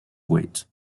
weight